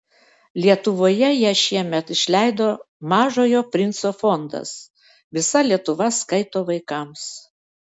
lietuvoje ją šiemet išleido mažojo princo fondas visa lietuva skaito vaikams